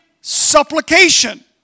supplication